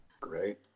Great